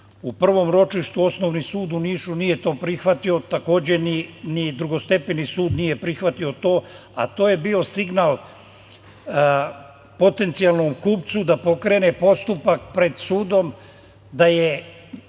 prvom ročištu Osnovni sud u Nišu nije to prihvatio. Takođe ni drugostepeni sud nije prihvatio to, a to je bio signal potencijalnom kupcu da pokrene postupak pred sudom da